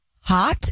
hot